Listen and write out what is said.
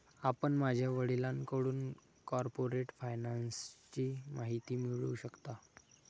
आपण माझ्या वडिलांकडून कॉर्पोरेट फायनान्सची माहिती मिळवू शकता